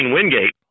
Wingate